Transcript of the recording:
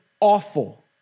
awful